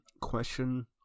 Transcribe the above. question